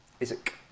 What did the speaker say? Isaac